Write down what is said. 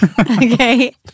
Okay